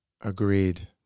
Agreed